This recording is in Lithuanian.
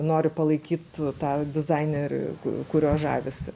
nori palaikyt tą dizainerį kuriuo žavisi